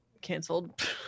canceled